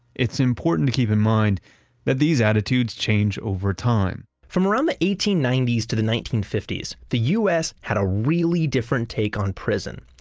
it's important to keep in mind that these attitudes change over time. from around the eighteen ninety s to the nineteen fifty s, the us had a really different take on prison.